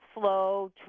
slow